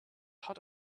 hot